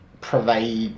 provide